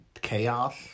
chaos